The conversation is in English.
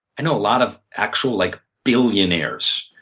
i know a lot of actual like billionaires.